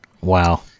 Wow